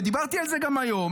ודיברתי על זה גם היום,